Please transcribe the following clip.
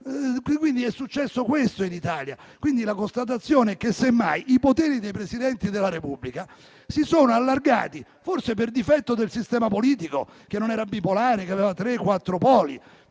È successo questo in Italia. La constatazione è che semmai i poteri dei Presidenti della Repubblica si sono allargati, forse per difetto del sistema politico, che non era bipolare e aveva tre o